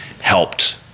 helped